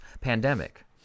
pandemic